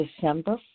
December